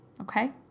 okay